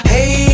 Hey